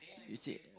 we check